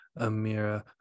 Amira